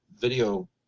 video